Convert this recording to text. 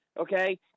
okay